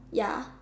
ya